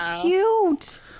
cute